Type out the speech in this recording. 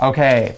Okay